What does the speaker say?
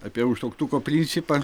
apie užtrauktuko principą